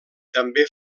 també